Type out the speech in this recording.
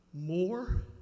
more